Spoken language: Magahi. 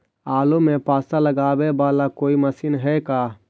आलू मे पासा लगाबे बाला कोइ मशीन है का?